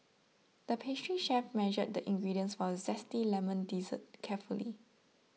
the pastry chef measured the ingredients for a Zesty Lemon Dessert carefully